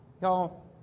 Y'all